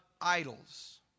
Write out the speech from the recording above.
idols